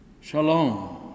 Shalom